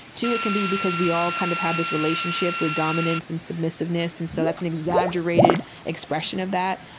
two, it can be because we all kind of have this relationship with dominance and submissiveness, and so that's an exaggerated expression of that.